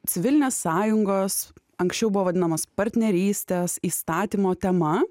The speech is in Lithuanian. civilinės sąjungos anksčiau buvo vadinamos partnerystės įstatymo tema